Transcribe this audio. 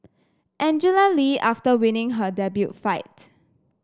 Angela Lee after winning her debut fight